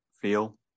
feel